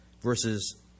versus